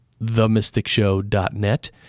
themysticshow.net